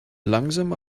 langsam